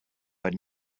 but